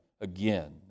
again